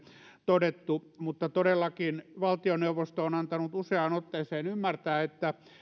todettu todellakin valtioneuvosto on antanut useaan otteeseen ymmärtää että